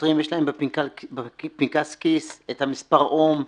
לשוטרים יש בפקס הכיס את המספר או"ם,